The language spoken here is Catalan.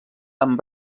amb